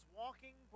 walking